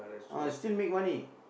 ah still make money